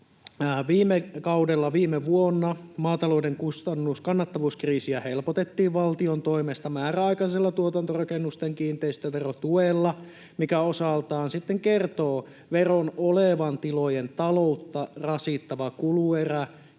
viime vuonna maatalouden kannattavuuskriisiä helpotettiin valtion toimesta määräaikaisella tuotantorakennusten kiinteistöverotuella, mikä osaltaan kertoo veron olevan tilojen taloutta rasittava kuluerä.